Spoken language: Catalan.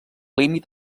límit